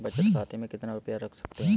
बचत खाते में कितना रुपया रख सकते हैं?